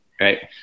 right